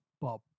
Bob